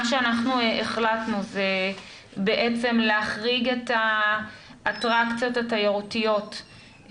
מה שאנחנו החלטנו זה להחריג את האטרקציות התיירותיות,